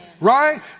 Right